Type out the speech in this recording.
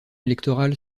électorale